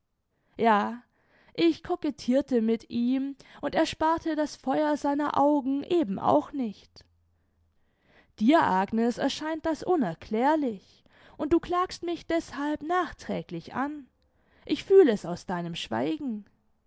ja ich coquettirte mit ihm und er sparte das feuer seiner augen eben auch nicht dir agnes erscheint das unerklärlich und du klagst mich deßhalb nachträglich an ich fühl es aus deinem schweigen